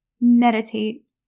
Meditate